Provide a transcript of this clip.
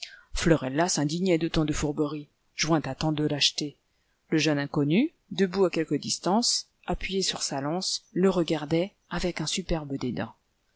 florella s'indignait de tant de fourberie jointe à tant de lâcheté le jeune inconnu debout à quelque distance appuyé sur sa lance le regardait avec un superbe dédain